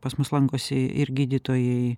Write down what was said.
pas mus lankosi ir gydytojai